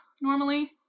normally